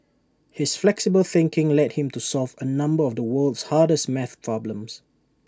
his flexible thinking led him to solve A number of the world's hardest math problems